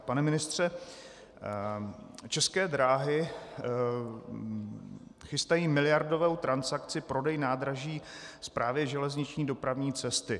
Pane ministře, České dráhy chystají miliardovou transakci, prodej nádraží, Správě železniční dopravní cesty.